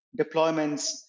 deployments